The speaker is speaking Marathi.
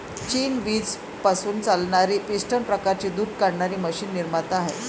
चीन वीज पासून चालणारी पिस्टन प्रकारची दूध काढणारी मशीन निर्माता आहे